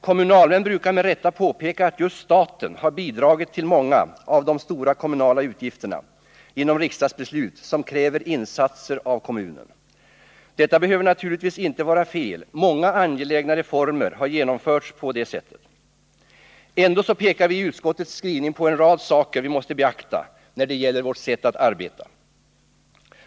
Kommunalmän brukar med rätta påpeka att just staten har bidragit till många av de stora kommunala utgifterna genom riksdagsbeslut som kräver insats av kommunen. Detta behöver naturligtvis inte vara fel — många angelägna reformer har genomförts på det sättet. Ändå pekar vi i utskottets skrivning på en rad saker som vi måste beakta när det gäller vårt sätt att arbeta.